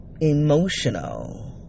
emotional